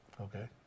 Okay